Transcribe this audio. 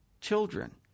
children